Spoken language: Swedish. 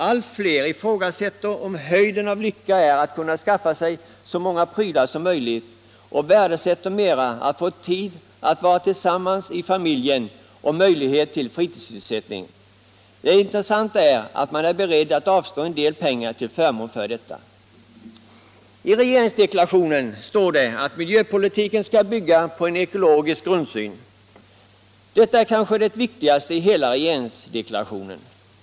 Allt fler ifrågasätter om höjden av lycka är att kunna skaffa sig så många prylar som möjligt och värdesätter mera att få tid att vara tillsammans i familjen och möjlighet till fritidssysselsättning. Det intressanta är att man är beredd att avstå en del pengar till förmån för detta. I regeringsdeklarationen står det att miljöpolitiken skall bygga på en ekologisk grundsyn. Detta är kanske det viktigaste i hela regeringsdeklarationen.